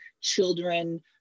children